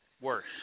Worse